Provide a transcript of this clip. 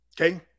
Okay